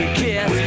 kiss